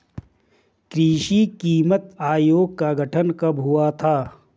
कृषि कीमत आयोग का गठन कब हुआ था?